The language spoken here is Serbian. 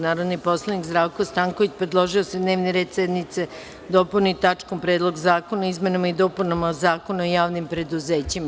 Narodni poslanik Zdravko Stanković predložio je da se dnevni red sednice dopuni tačkom – Predlog zakona o izmenama i dopunama Zakona o javnim preduzećima.